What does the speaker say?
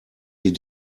sie